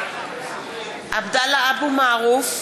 (קוראת בשמות חברי הכנסת) עבדאללה אבו מערוף,